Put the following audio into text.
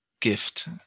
gift